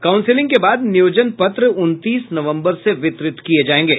counselling के बाद नियोजन पत्र उनतीस नवम्बर से वितरित किये जायेंगे